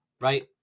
right